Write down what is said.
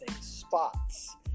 spots